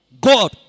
God